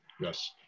yes